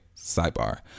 sidebar